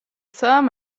saint